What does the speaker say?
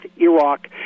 iraq